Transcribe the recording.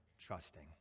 trusting